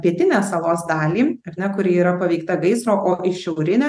pietinę salos dalį ar ne kuri yra paveikta gaisro į šiaurinę